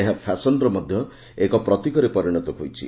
ଏହା ଫ୍ୟାସନର ମଧ୍ଧ ଏକ ପ୍ରତୀକରେ ପରିଣତ ହୋଇଛି